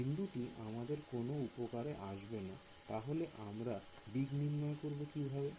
বিন্দুটি আমাদের কোন উপকারে আসবেনা তাহলে আমরা দিক নির্ণয় করব কিভাবে